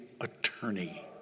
attorney